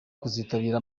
kuzitabira